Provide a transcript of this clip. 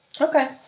Okay